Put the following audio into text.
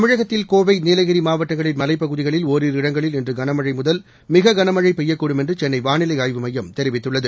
தமிழகத்தில் கோவை நீலகிரி மாவட்டங்களின் மலைப்பகுதிகளில் ஓரிரு இடங்களில் இன்று முதல் மிக கனமழை பெய்யக்கூடும் என்று சென்னை வானிலை ஆய்வு மையம் கனமழை தெரிவித்துள்ளது